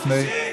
פעם שלישית.